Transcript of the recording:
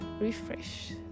refresh